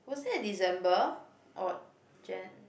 was it in December or Jan